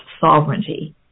sovereignty